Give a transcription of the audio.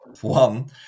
one